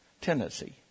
tendency